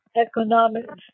economics